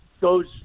goes